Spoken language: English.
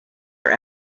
are